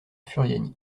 furiani